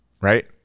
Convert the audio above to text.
Right